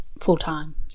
full-time